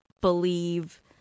believe